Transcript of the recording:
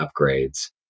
upgrades